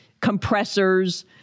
compressors